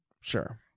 Sure